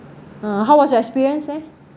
uh how was your experience there